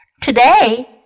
Today